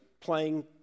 playing